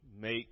make